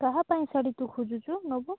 କାହା ପାଇଁ ଶାଢ଼ୀ ତୁ ଖୋଜୁଛୁ ନେବୁ